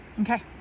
Okay